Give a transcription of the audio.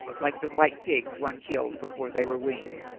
like the white pigs one killed before they were weaned.